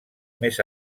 més